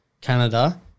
Canada